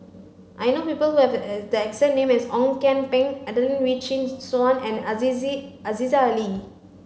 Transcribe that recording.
I know people who have the exact name as Ong Kian Peng Adelene Wee Chin Suan and Aziza Ali